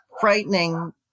frightening